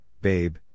babe